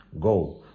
Go